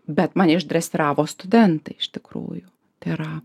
bet mane išdresiravo studentai iš tikrųjų tai yra